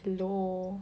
hello